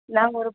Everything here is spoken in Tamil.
நாங்கள் ஒரு